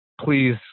please